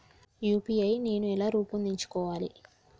UPI నేను ఎలా రూపొందించుకోవాలి?